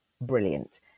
brilliant